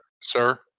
sir